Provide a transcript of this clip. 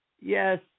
Yes